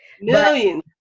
Millions